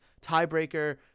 tiebreaker